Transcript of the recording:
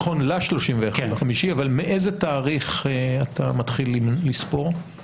אבל מאיזה תאריך אתה מתחיל לספור?